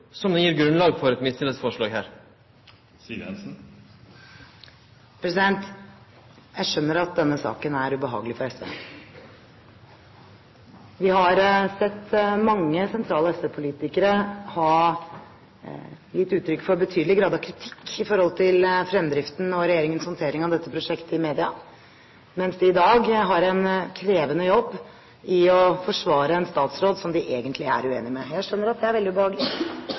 som gjev grunnlag for eit mistillitsforslag? Jeg skjønner at denne saken er ubehagelig for SV. Vi har sett at mange sentrale SV-politikere har gitt betydelig grad av kritikk av fremdriften og regjeringens håndtering av dette prosjektet i media, mens de i dag har en krevende jobb med å forsvare en statsråd som de egentlig er uenig med. Jeg skjønner at det er veldig